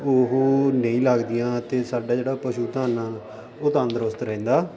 ਉਹ ਨਹੀਂ ਲੱਗਦੀਆਂ ਅਤੇ ਸਾਡਾ ਜਿਹੜਾ ਪਸ਼ੂ ਧਨ ਆ ਉਹ ਤੰਦਰੁਸਤ ਰਹਿੰਦਾ